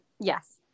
Yes